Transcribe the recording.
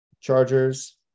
Chargers